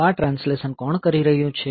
તો આ ટ્રાન્સલેશન કોણ કરી રહ્યું છે